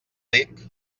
dic